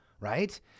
right